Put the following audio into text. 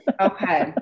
okay